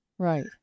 Right